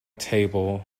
table